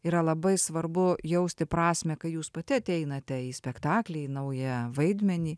yra labai svarbu jausti prasmę kai jūs pati ateinate į spektaklį į naują vaidmenį